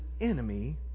enemy